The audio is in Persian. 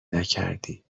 نکردی